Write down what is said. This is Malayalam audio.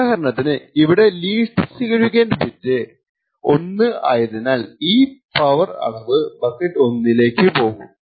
ഉദാഹരണത്തിന് ഇവിടെ ലീസ്റ്റ് സിഗ്നിഫിക്കന്റ് ബിറ്റ് 1 ആയതിനാൽ ഈ പവർ അളവ് ബക്കറ്റ് 1 ലേക്ക് പോകും